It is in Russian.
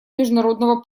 международного